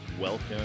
Welcome